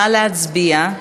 נא להצביע.